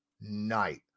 night